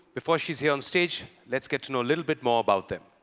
before she's here onstage, let's get to know a little bit more about them.